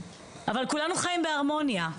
אבל כולנו חיים בהרמוניה.